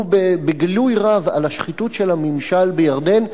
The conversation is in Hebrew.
בגילוי לב רב על השחיתות של הממשל בירדן.